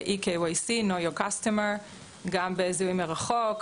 eKYC - Know Your Customer - גם בזיהוי מרחוק.